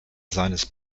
seines